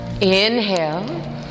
inhale